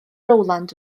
rowland